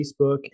Facebook